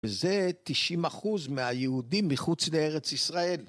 וזה 90% מהיהודים מחוץ לארץ ישראל.